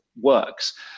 works